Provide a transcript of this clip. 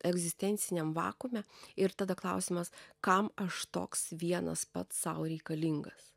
egzistenciniam vakuume ir tada klausimas kam aš toks vienas pats sau reikalingas